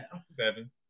Seven